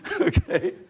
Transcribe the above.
Okay